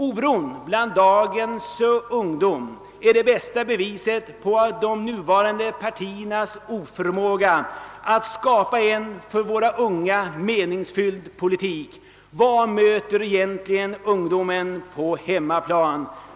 Oron bland dagens ungdom är det bästa beviset på de nuvarande partiernas oförmåga att skapa en för våra unga meningsfylld politik. Vad möter ungdomen på hemmaplan?